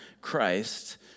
Christ